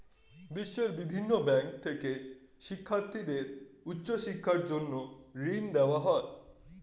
বিশ্বের বিভিন্ন ব্যাংক থেকে শিক্ষার্থীদের উচ্চ শিক্ষার জন্য ঋণ দেওয়া হয়